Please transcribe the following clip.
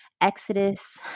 Exodus